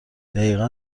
دقیقا